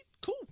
cool